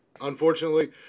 Unfortunately